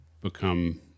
become